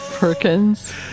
Perkins